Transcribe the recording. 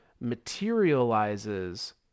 materializes